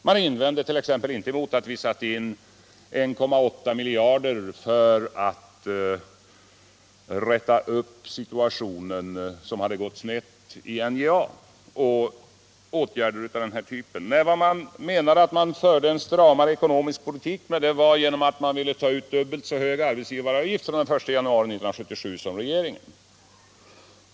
Man invände t.ex. inte mot att vi satte in 1,8 miljarder för att rätta till situationen i NJA, där det hade gått snett, och åtgärder av den typen. Vad man menade med att föra en stramare ekonomisk politik var att man ville ta ut dubbelt så hög arbetsgivaravgift som regeringen från den 1 januari 1977.